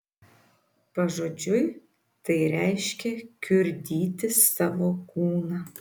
pažodžiui tai reiškia kiurdyti savo kūną